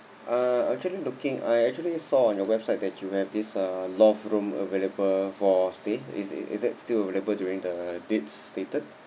uh actually looking I actually saw on your website that you have this uh loft room available for stay is it is it still available during the date stated